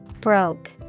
Broke